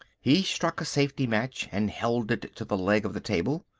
he struck a safety match and held it to the leg of the table.